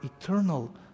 eternal